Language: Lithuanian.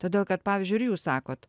todėl kad pavyzdžiui ir jūs sakot